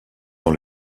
dans